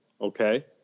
okay